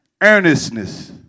earnestness